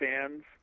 fans